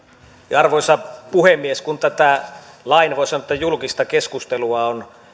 arvoisa puhemies kun tätä lain voisi sanoa julkista keskustelua on